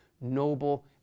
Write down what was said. noble